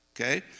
Okay